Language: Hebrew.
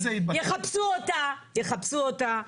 יחפשו אותה.